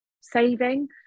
saving